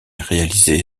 réalisé